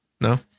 No